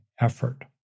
effort